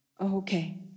Okay